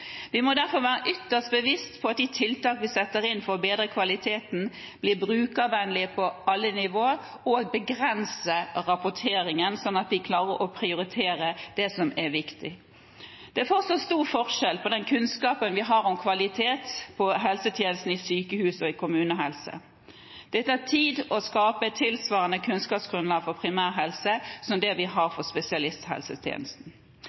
Vi må derfor være ytterst bevisst på at de tiltak vi setter inn for å bedre kvaliteten, blir brukervennlige på alle nivåer og begrenser rapporteringen, sånn at de klarer å prioritere det som er viktig. Det er fortsatt stor forskjell på den kunnskapen vi har om kvalitet på helsetjenestene i sykehus og i kommunehelsetjenesten. Det tar tid å skape tilsvarende kunnskapsgrunnlag for primærhelsetjenesten som det vi har